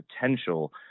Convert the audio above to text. potential